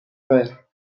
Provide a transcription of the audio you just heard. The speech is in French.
fère